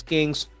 Kings